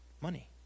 money